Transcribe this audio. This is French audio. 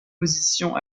position